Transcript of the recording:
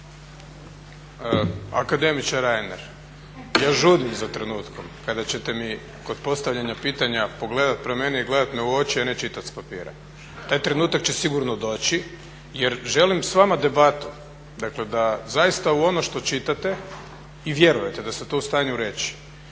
Akademiče Reiner, ja žudim za trenutkom kada ćete mi kod postavljanja pitanja pogledati prema meni i gledati me u oči a ne čitati s papira. Taj trenutak će sigurno doći jer želim s vama debatu dakle da zaista u ono što čitate i vjerujete, da ste to u stanju reći.